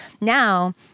now